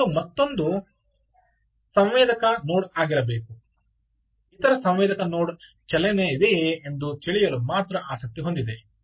ಅದು ಮತ್ತೊಂದು ಸಂವೇದಕ ನೋಡ್ ಆಗಿರಬೇಕು ಇತರ ಸಂವೇದಕ ನೋಡ್ ಚಲನೆಯಿದೆಯೇ ಎಂದು ತಿಳಿಯಲು ಮಾತ್ರ ಆಸಕ್ತಿ ಹೊಂದಿದೆ